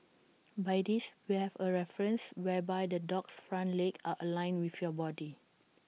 by this we have A reference whereby the dog's front legs are aligned with your body